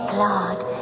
Claude